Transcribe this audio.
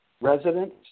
residents